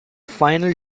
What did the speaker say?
final